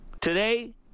today